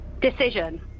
Decision